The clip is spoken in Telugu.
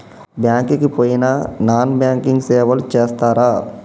బ్యాంక్ కి పోయిన నాన్ బ్యాంకింగ్ సేవలు చేస్తరా?